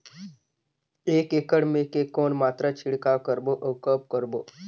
एक एकड़ मे के कौन मात्रा छिड़काव करबो अउ कब करबो?